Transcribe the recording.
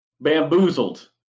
bamboozled